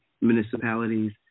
municipalities